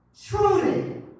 Truly